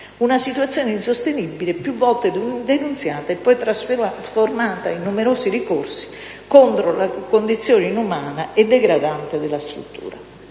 Una situazione insostenibile, più volte denunciata e poi trasformata in numerosi ricorsi contro la condizione inumana e degradante della struttura.